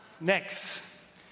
Next